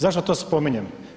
Zašto to spominjem?